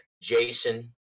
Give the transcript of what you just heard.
Jason